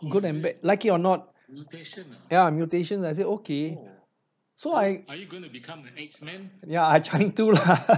good and bad like it or not ya mutations I said okay so I ya I trying to lah